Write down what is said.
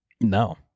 No